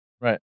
right